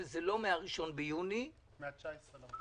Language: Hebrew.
הוא שזה לא מהראשון ביוני -- מה-19 באפריל.